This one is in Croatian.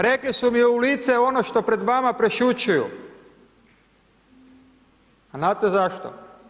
Rekli su mi u lice ono što pred vama prešućuju, a znate zašto?